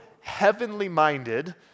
heavenly-minded